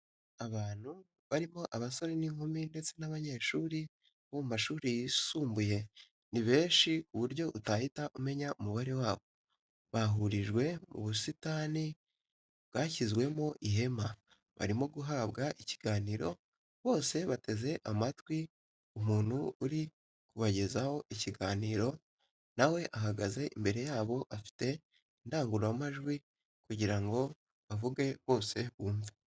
Abantu barimo abasore n'inkumi ndetse n'abanyeshuri bo mu mashuri yisumbuye ni benshi ku buryo utahita umenya umubare wabo, bahurijwe mu busitani bwashyizwemo ihema, barimo guhabwa ikiganiro, bose bateze amatwi umuntu uri kubagezaho ikiganiro nawe ahagaze imbere yabo afite indangururamajwi kugira ngo avuge bose bumve.